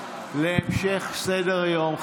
להמשך סדר-היום.